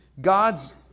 God's